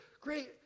great